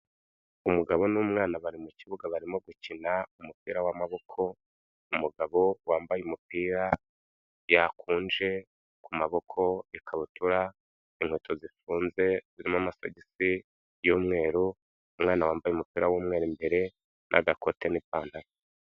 Umugabo n'umwana bari mu kibuga barimo gukina umupira w'amaboko, umugabo wambaye umupira yakunje ku maboko, ikabutura, inkweto zifunze zirimo amasogisi y'umweru, umwana wambaye umupira w'umweru imbere na gakote n'ipantaro.